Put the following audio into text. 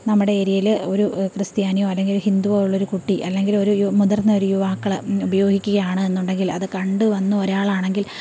നമ്മുടെ ഏരിയയില് ഒരു ക്രിസ്ത്യാനിയോ ഒരു ഹിന്ദുവോ ഉള്ളൊരു കുട്ടി അല്ലെങ്കില് ഒരു മുതിർന്ന ഒരു യുവാക്കള് ഉപയോഗിക്കുകയാണ് എന്നുണ്ടെങ്കിൽ അത് കണ്ട് വന്ന ഒരാളാണെങ്കിൽ